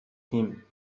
him